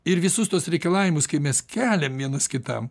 ir visus tuos reikalavimus kai mes keliam vienas kitam